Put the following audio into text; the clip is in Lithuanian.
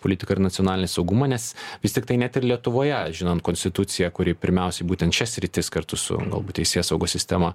politiką ir nacionalinį saugumą nes vis tiktai net ir lietuvoje žinant konstituciją kuri pirmiausiai būtent šias sritis kartu su galbūt teisėsaugos sistema